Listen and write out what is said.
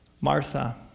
Martha